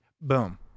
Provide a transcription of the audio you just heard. boom